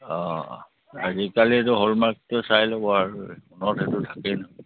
অ আজিকালিতো হ'লমাৰ্কটো চাই ল'ব আৰু সোণত সেইটো থাকেই নহয়